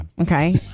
Okay